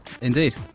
indeed